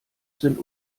sind